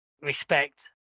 respect